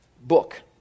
book